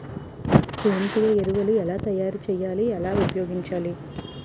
సేంద్రీయ ఎరువులు ఎలా తయారు చేయాలి? ఎలా ఉపయోగించాలీ?